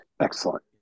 Excellent